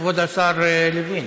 כבוד השר לוין